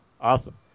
awesome